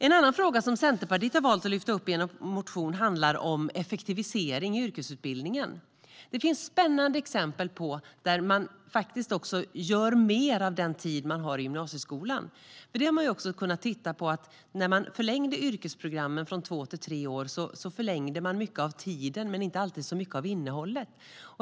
En fråga som Centerpartiet har valt att lyfta fram i en motion gäller effektivisering av yrkesutbildningen. Det finns spännande exempel där man gör mer av den tid man har i gymnasieskolan. När man förlängde yrkesprogrammen från två till tre år förlängde man tiden, men man utökade inte alltid så mycket av innehållet.